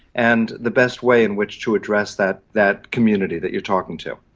and the best way in which to address that that community that you're talking to.